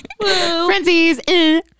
frenzies